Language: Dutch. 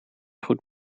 goed